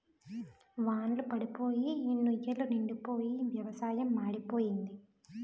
వాన్ళ్లు పడప్పోయి నుయ్ లో నీలెండిపోయి వ్యవసాయం మాడిపోయింది